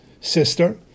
sister